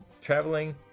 traveling